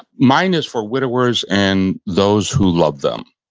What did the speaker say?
mine is for widowers and those who love them.